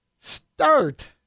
Start